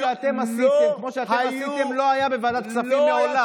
מיסים כמו שאתם עשיתם לא היו בוועדת כספים מעולם.